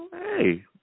Hey